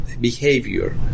behavior